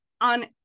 on